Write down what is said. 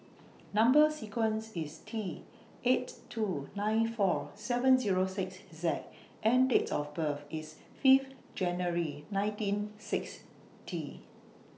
Number sequence IS T eight two nine four seven Zero six Z and Date of birth IS Fifth January nineteen sixty